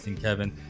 kevin